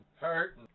hurt